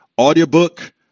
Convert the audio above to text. audiobook